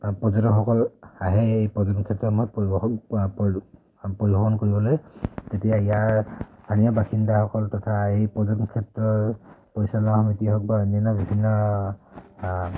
পৰ্যটকসকল আহে এই পৰ্যটন ক্ষেত্ৰত সময়ত পৰিদৰ্শক পৰিভ্ৰমণ কৰিবলৈ তেতিয়া ইয়াৰ স্থানীয় বাসিন্দাসকল তথা এই পৰ্যটন ক্ষেত্ৰত পইচা লোৱা সমিতি হওক বা অন্যান্য বিভিন্ন